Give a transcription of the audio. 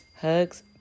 Hugs